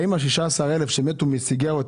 האם ה-16 אלף שמתו מעישון סיגריות,